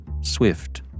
swift